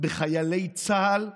בחיילי צה"ל,